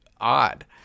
odd